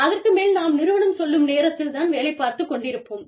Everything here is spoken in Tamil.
அதற்கு மேல் நாம் நிறுவனம் சொல்லும் நேரத்தில் தான் வேலைப் பார்த்துக் கொண்டிருப்போம்